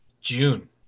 June